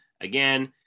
again